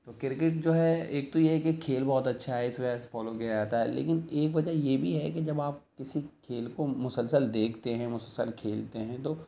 تو کرکٹ جو ہے ایک تو یہ ہے کہ کھیل بہت اچھا ہے اس وجہ سے فالو کیا جاتا ہے لیکن ایک وجہ یہ بھی ہے کہ جب آپ کسی کھیل کو مسلسل دیکھتے ہیں مسلسل کھیلتے ہیں تو